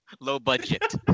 Low-budget